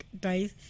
dice